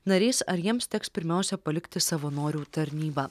nariais ar jiems teks pirmiausia palikti savanorių tarnybą